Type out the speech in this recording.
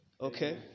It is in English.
Okay